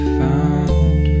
found